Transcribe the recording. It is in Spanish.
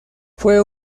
fue